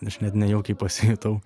aš net nejaukiai pasijutau